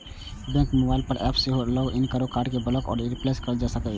बैंकक mobile app पर सेहो लॉग इन कैर के कार्ड कें ब्लॉक आ रिप्लेस कैल जा सकै छै